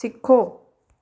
ਸਿੱਖੋ